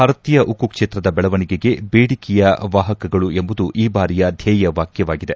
ಭಾರತೀಯ ಉಕ್ಕು ಕ್ಷೇತ್ರದ ಬೆಳವಣಿಗೆಗೆ ಬೇಡಿಕೆಯ ವಾಹಕಗಳು ಎಂಬುದು ಈ ಬಾರಿಯ ಧ್ಯೇಯ ವಾಕ್ಯವಾಗಿದೆ